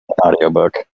audiobook